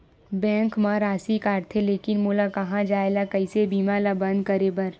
Bank मा राशि कटथे लेकिन मोला कहां जाय ला कइसे बीमा ला बंद करे बार?